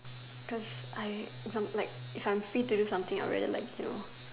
cause I if I'm like if I'm free to do something I would rather like you know